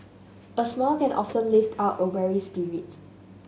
a smile can often lift up a weary spirit